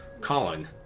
Colin